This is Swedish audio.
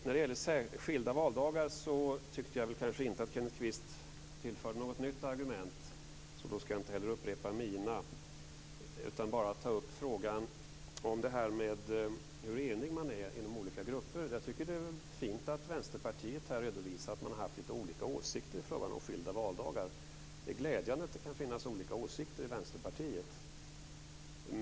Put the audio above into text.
När det gäller skilda valdagar tycker jag inte att Kenneth Kvist tillförde något nytt argument. Därför ska jag inte heller upprepa mina, utan bara ta upp frågan om hur enig man är inom olika grupper. Jag tycker att det är fint att man från Vänsterpartiet redovisar att man har haft lite olika åsikter i frågan om skilda valdagar. Det är glädjande att det kan finnas olika åsikter i Vänsterpartiet.